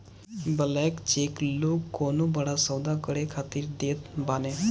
blank cheque लोग कवनो बड़ा सौदा करे खातिर देत बाने